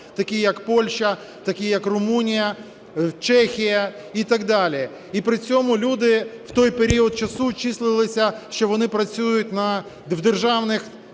таких як Польщі, таких як Румунія, Чехія і так далі, і при цьому люди в той період часу числилися, що вони працюють в державних